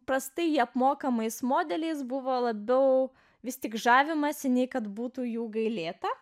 prastai apmokamais modeliais buvo labiau vis tik žavimasi nei kad būtų jų gailėta